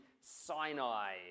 Sinai